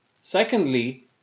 secondly